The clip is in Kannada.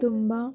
ತುಂಬ